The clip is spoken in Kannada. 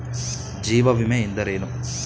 ಜೀವ ವಿಮೆ ಎಂದರೇನು?